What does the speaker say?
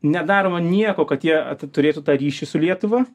nedaroma nieko kad jie turėtų tą ryšį su lietuva